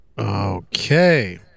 Okay